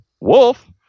wolf